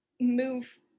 move